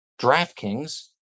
DraftKings